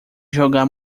jogar